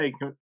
Hey